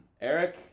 Eric